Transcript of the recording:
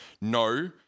no